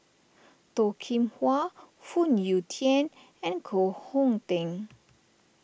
Toh Kim Hwa Phoon Yew Tien and Koh Hong Teng